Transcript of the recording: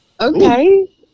Okay